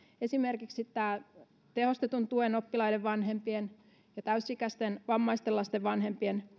esimerkiksi tehostetun tuen oppilaiden vanhempien ja täysi ikäisten vammaisten lasten vanhempien